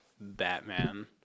Batman